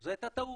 זו הייתה טעות.